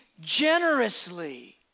generously